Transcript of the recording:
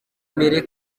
mbere